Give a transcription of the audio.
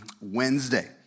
Wednesday